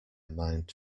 mind